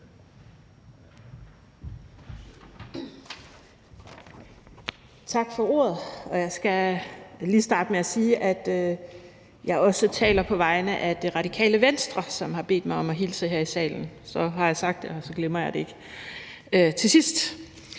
Tak for ordet. Jeg skal lige starte med at sige, at jeg også taler på vegne af Radikale Venstre, som har bedt mig om at hilse her i salen. Så har jeg sagt det, og så glemmer jeg det ikke til sidst.